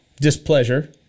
displeasure